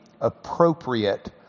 appropriate